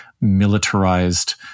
militarized